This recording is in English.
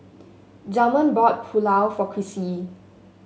Delmer bought Pulao for Crissie